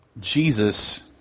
Jesus